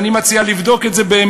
אני מציע באמת לבדוק את זה,